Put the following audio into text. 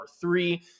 three